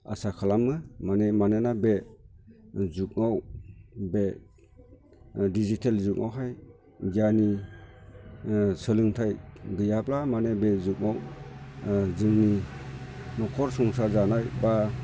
आसा खालामो माने मानोना बे जुगाव बे डिजिटेल जुगावहाय गियाननि माने सोलोंथाय गैयाब्ला बे जुगाव जोंनि न'खर संसार जानाय बा